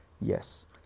Yes